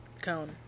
cone